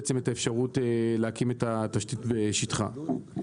בעצם את האפשרות להקים את התשתית בשטחה.